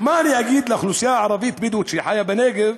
מה אני אגיד לאוכלוסייה הערבית-בדואית שחיה בנגב?